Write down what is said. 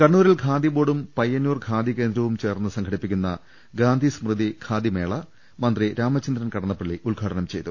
കണ്ണൂരിൽ ഖാദി ബോർഡും പയ്യന്നൂർ ഖാദി കേന്ദ്രവും ചേർന്ന് സംഘടിപ്പിക്കുന്ന ഗാന്ധി സ്മൃതി ഖാദി മേള മന്ത്രി രാമചന്ദ്രൻ കട ന്നപ്പള്ളി ഉദ്ഘാടനം ചെയ്തു